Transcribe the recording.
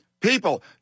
People